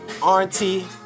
auntie